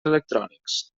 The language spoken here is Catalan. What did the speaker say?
electrònics